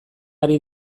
ari